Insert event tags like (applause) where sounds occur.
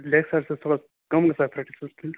depth حظ چھَس تھوڑا کمٕے (unintelligible)